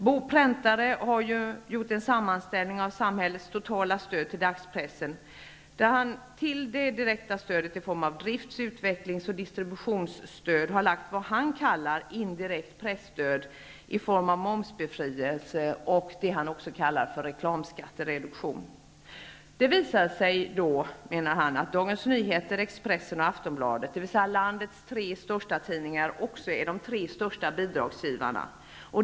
Bo Präntare har gjort en sammanställning av samhällets totala stöd till dagspressen, där han till det direkta stödet i form av drifts-, utvecklings och distributionsstöd har lagt vad han kallar ''indirekt presstöd'' i form av momsbefrielse och ''reklamskattereduktion''. Det visar sig då att landets tre största tidningar, också är de tre största bidragstagarna.